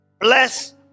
Bless